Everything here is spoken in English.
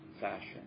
fashion